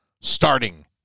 starting